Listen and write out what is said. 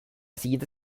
siguiente